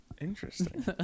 Interesting